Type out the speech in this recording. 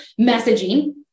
messaging